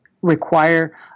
require